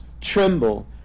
tremble